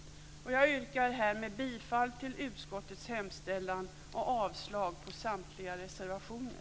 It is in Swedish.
Jag yrkar härmed bifall till utskottets hemställan och avslag på samtliga reservationer.